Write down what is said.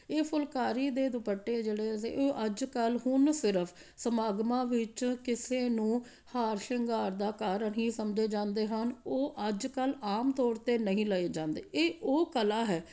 ਇਹ ਫੁਲਕਾਰੀ ਦੇ ਦੁਪੱਟੇ ਜਿਹੜੇ ਇਹ ਅੱਜ ਕੱਲ੍ਹ ਹੁਣ ਸਿਰਫ ਸਮਾਗਮਾਂ ਵਿੱਚ ਕਿਸੇ ਨੂੰ ਹਾਰ ਸ਼ਿੰਗਾਰ ਦਾ ਕਾਰਨ ਹੀ ਸਮਝੇ ਜਾਂਦੇ ਹਨ ਉਹ ਅੱਜ ਕੱਲ੍ਹ ਆਮ ਤੌਰ 'ਤੇ ਨਹੀਂ ਲਏ ਜਾਂਦੇ ਇਹ ਉਹ ਕਲਾ ਹੈ